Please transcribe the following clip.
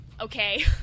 okay